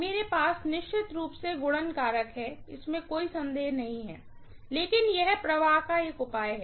मेरे पास निश्चित रूप से गुणन कारक है इसमें कोई संदेह नहीं है लेकिन यह प्रवाह का एक उपाय है